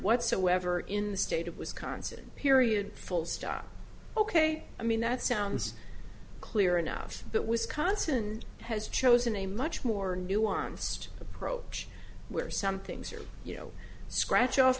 whatsoever in the state of wisconsin period full stop ok i mean that sounds clear enough but wisconsin has chosen a much more nuanced approach where some things are you know scratch off